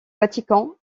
vatican